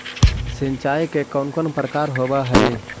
सिंचाई के कौन कौन प्रकार होव हइ?